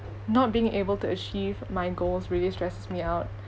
not being able to achieve my goals really stresses me out